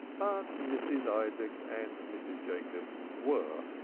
but mrs. isaacs and mrs. jacobs were,